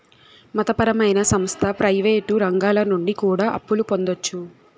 మత పరమైన సంస్థ ప్రయివేటు రంగాల నుండి కూడా అప్పులు పొందొచ్చు